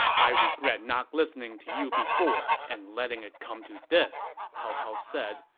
i regret not listening to you before and letting it come to this, cao cao said,